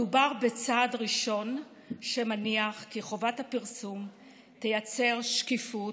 מדובר בצעד ראשון שמניח כי חובת הפרסום תייצר שקיפות,